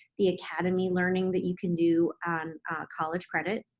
the academy learning that you can do on college credit,